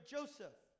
Joseph